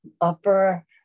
upper